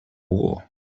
war